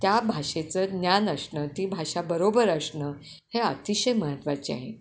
त्या भाषेचं ज्ञान असणं ती भाषा बरोबर असणं हे अतिशय महत्त्वाचे आहे